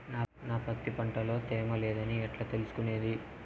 నా పత్తి పంట లో తేమ లేదని ఎట్లా తెలుసుకునేది?